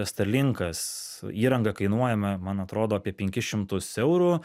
starlinkas įranga kainuoja man atrodo apie penkis šimtus eurų